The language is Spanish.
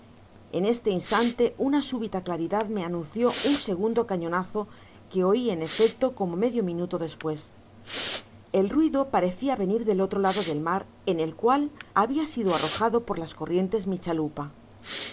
en este instante una súbita claridad me anunció un segundo cañonazo que oi en efecto como medio minuto despues el ruido parecia venir del lado del mar en el cual habia sido arrojado por las corrientes mi chalupa